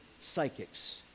psychics